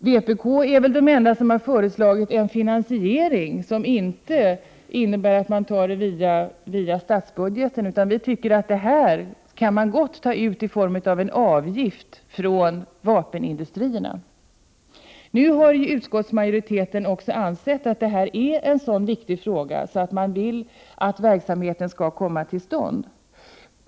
Vpk är det enda parti som har föreslagit en finansiering som inte innebär att man tar det via statsbudgeten. Vi tycker att det här kan man gott ta ut i form av en avgift från vapenindustrierna. Nu har utskottsmajoriteten också ansett att detta är en viktig fråga och vill att verksamheten kommer till stånd.